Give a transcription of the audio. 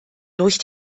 durch